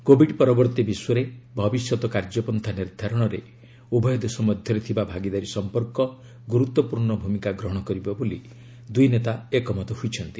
Covid ପରବର୍ତ୍ତୀ ବିଶ୍ୱରେ ଭବିଷ୍ୟତ କାର୍ଯ୍ୟପନ୍ଥା ନିର୍ଦ୍ଧାରଣରେ ଉଭୟ ଦେଶ ମଧ୍ୟରେ ଥିବା ଭାଗିଦାରୀ ସମ୍ପର୍କ ଗୁରୁତ୍ୱପୂର୍ଣ୍ଣ ଭୂମିକା ଗ୍ରହଣ କରିବ ବୋଲି ଦୁଇ ନେତା ଏକମତ ହୋଇଛନ୍ତି